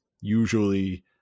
usually